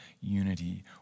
unity